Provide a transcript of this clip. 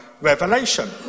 revelation